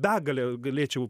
begalė galėčiau